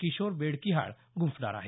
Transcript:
किशोर बेडकिहाळ गुंफणार आहेत